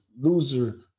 loser